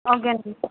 okay అండీ